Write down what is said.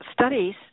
studies